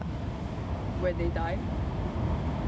when they die